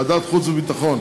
ועדת חוץ וביטחון,